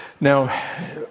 Now